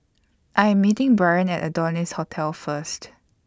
I Am meeting Brian At Adonis Hotel First